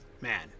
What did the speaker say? man